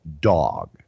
dog